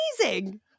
amazing